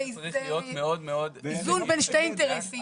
אתה מרחיב את זה --- זה איזון בין שני אינטרסים,